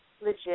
Legit